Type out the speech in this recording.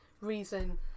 reason